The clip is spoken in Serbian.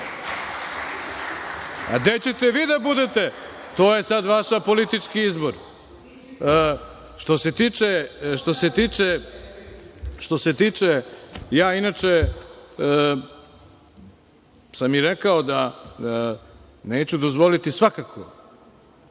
A gde ćete vi da budete, to je sada vaš politički izbor. Što se tiče, ja inače sam i rekao da neću dozvoliti svakako